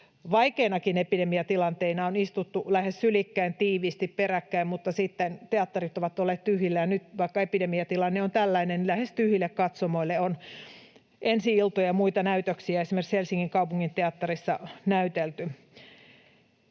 vaikeissakin epidemiatilanteissa on istuttu lähes sylikkäin, tiiviisti, peräkkäin, mutta sitten teatterit ovat olleet tyhjillään, ja nyt, vaikka epidemiatilanne on tällainen, niin lähes tyhjille katsomoille on ensi-iltoja ja muita näytöksiä esimerkiksi Helsingin Kaupunginteatterissa näytelty.